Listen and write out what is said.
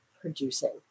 producing